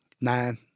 Nine